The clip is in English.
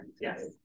yes